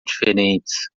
diferentes